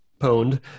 pwned